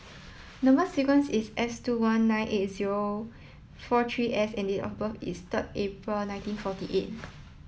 number sequence is S two one nine eight zero four three S and date of birth is third April nineteen forty eight